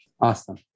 Awesome